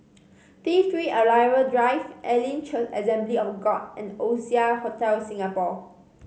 T Three Arrival Drive Elim Church Assembly of God and Oasia Hotel Singapore